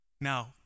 Now